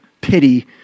pity